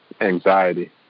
anxiety